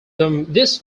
this